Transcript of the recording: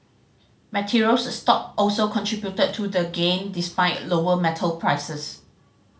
materials stock also contributed to the gain despite lower metal prices